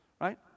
Right